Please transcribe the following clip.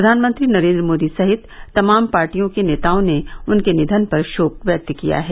प्रधानमंत्री नरेंद्र मोदी सहित तमाम पार्टियों के नेताओं ने उनके निधन पर शोक व्यक्त किया है